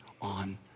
on